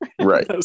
Right